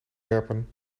werpen